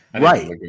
Right